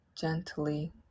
gently